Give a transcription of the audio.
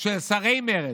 של שרי מרצ,